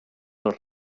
del